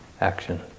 action